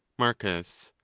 marcus.